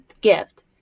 gift